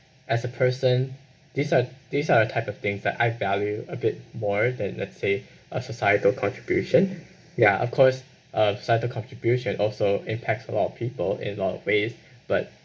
as a person these are these are a type of things that I value a bit more than let's say a societal contribution ya of course uh societal contribution also impacts a lot of people in lot of ways but